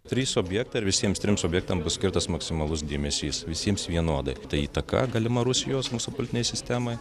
trys objektai ir visiems trims objektam bus skirtas maksimalus dėmesys visiems vienodai įtaka galima rusijos mūsų politinei sistemai